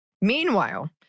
Meanwhile